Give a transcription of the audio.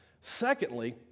Secondly